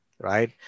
Right